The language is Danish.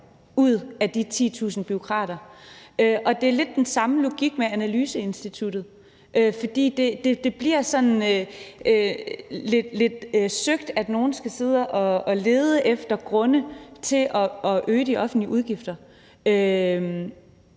ud af de 10.000 bureaukrater. Det er lidt den samme logik med analyseinstituttet, for det bliver lidt søgt, at nogen skal sidde og lede efter grunde til at øge de offentlige udgifter,